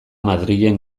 madrilen